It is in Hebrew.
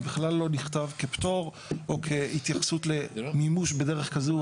הוא בכלל לא נכתב כפטור או כהתייחסות למימוש בדרך כזו או אחרת.